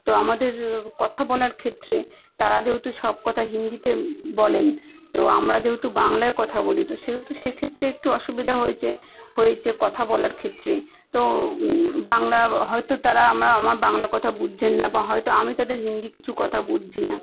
তো আমাদের কথা বলার ক্ষেত্রে তারা যেহেতু সব কথা হিন্দিতে বলেন তো আমরা যেহতু বাংলায় কথা বলি তো সেহেতু সেক্ষেত্রে একটু অসুবিধা হয়েছে হয়েছে কথা বলার ক্ষেত্রে তো বাংলা হয়তো তারা আমরা আমার বাংলা কথা বুঝছেন না হয়তো আমি তাদের হিন্দি কিছু কথা বুঝছি না